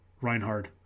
Reinhard